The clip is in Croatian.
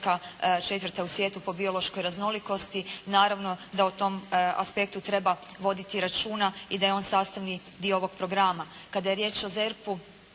četvrta u svijetu po biološkoj raznolikosti naravno da o tom aspektu treba voditi računa i da je on sastavni dio ovog programa. Kada je riječ o ZERP-u